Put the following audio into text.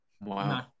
Wow